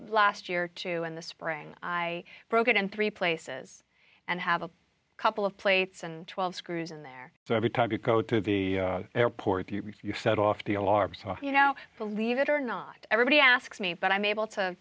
last year or two in the spring i broke it in three places and have a couple of plates and twelve screws in there so every time you go to the airport you set off the alarms off you know believe it or not everybody asks me but i'm able to